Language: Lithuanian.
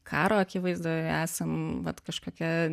karo akivaizdoje esam vat kažkokia